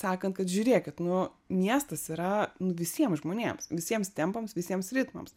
sakant kad žiūrėkit nu miestas yra nu visiems žmonėms visiems tempams visiems ritmams